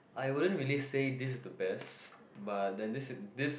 I wouldn't really say this is the best but then this this